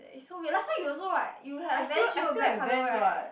eh so last time you also what you have a Vans shoe black colour right